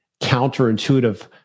counterintuitive